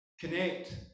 connect